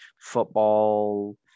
football